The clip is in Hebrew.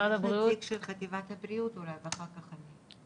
יש נציג של חטיבת הבריאות ואחר כך אני,